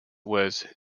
was